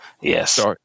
yes